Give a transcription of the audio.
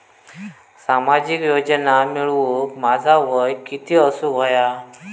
सामाजिक योजना मिळवूक माझा वय किती असूक व्हया?